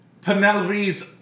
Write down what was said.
Penelope's